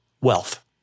wealth